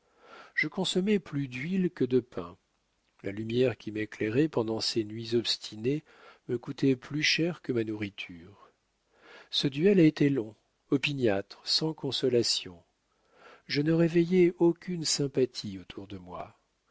je consommais plus d'huile que de pain la lumière qui m'éclairait pendant ces nuits obstinées me coûtait plus cher que ma nourriture ce duel a été long opiniâtre sans consolation je ne réveillais aucune sympathie autour de moi